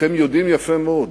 אתם יודעים יפה מאוד